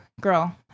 girl